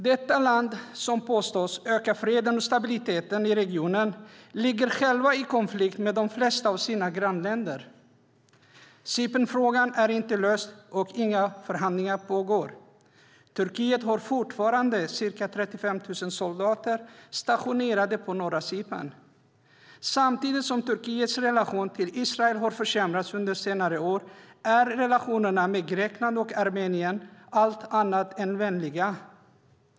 Detta land, som påstås öka freden och stabiliteten i regionen, ligger själv i konflikt med de flesta av sina grannländer. Cypernfrågan är inte löst, och inga förhandlingar pågår. Turkiet har fortfarande ca 35 000 soldater stationerade på norra Cypern. Samtidigt som Turkiets relation till Israel har försämrats under senare år, är relationerna med Grekland och Armenien allt annat än vänliga.